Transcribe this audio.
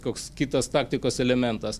koks kitas taktikos elementas